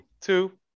two